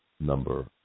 number